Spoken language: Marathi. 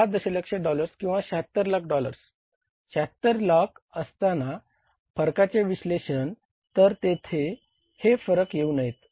6 दशलक्ष डॉलर्स किंवा 76 लाख डॉलर्स 76 लाख असताना फरकाचे विश्लेषण तर तेथे हे फरक येऊ नयेत